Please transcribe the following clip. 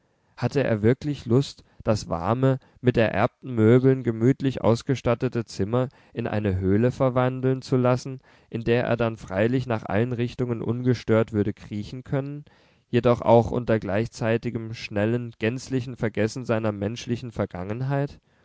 hatte er wirklich lust das warme mit ererbten möbeln gemütlich ausgestattete zimmer in eine höhle verwandeln zu lassen in der er dann freilich nach allen richtungen ungestört würde kriechen können jedoch auch unter gleichzeitigem schnellen gänzlichen vergessen seiner menschlichen vergangenheit